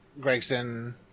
gregson